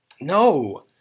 No